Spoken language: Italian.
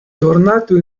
tornato